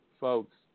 Folks